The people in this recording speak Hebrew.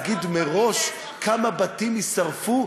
הם יודעים להגיד מראש כמה בתים יישרפו,